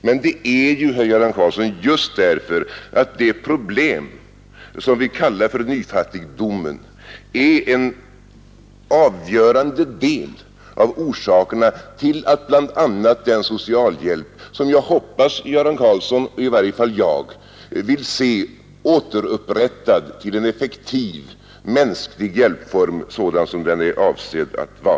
Men, Göran Karlsson, det problem som vi kallar för nyfattigdomen är en avgörande orsak till den ökade socialhjälpen, som jag hoppas Göran Karlsson vill se och som i varje fall jag vill se återupprättad som en effektiv, mänsklig hjälpform sådan den är avsedd att vara.